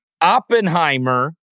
Oppenheimer